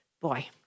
Boy